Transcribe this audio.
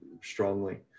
strongly